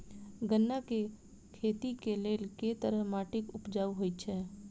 गन्ना केँ खेती केँ लेल केँ तरहक माटि उपजाउ होइ छै?